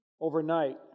overnight